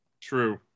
True